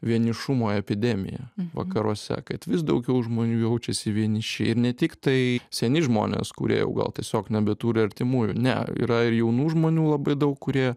vienišumo epidemija vakaruose kad vis daugiau žmonių jaučiasi vieniši ir ne tik tai seni žmonės kurie jau gal tiesiog nebeturi artimųjų ne yra ir jaunų žmonių labai daug kurie